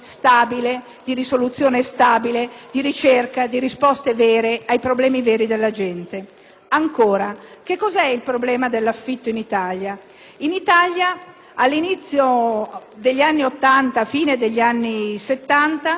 Ancora. Che cos'è il problema dell'affitto in Italia? In Italia, alla fine degli anni Settanta, inizio anni Ottanta, poco più del 20 per cento degli affittuari era in condizione di povertà.